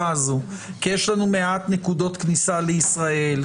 הזאת כי יש לנו מעט נקודות כניסה לישראל,